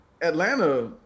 Atlanta